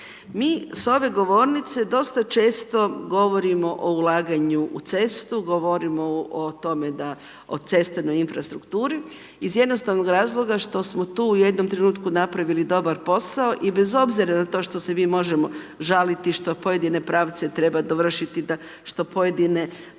Mi s ove govornice dosta često govorimo o ulaganju u cestu, govorimo o tome da, o cestovnoj infrastrukturi iz jednostavnog razloga što smo tu u jednom trenutku napravili dobar posao i bez obzira na to što se mi možemo žaliti što pojedine pravce treba dovršiti, što pojedine